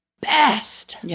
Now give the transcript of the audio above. best